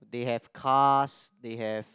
they have cars they have